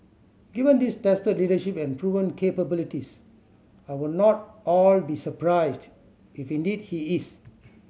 given his tested leadership and proven capabilities I would not all be surprised if indeed he is